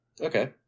Okay